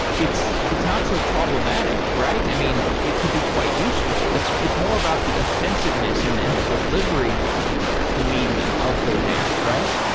it's it's not so problematic, right? i mean, it could be quite useful. it's it's more about the offensiveness and and the delivery medium of those ads, right?